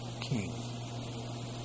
king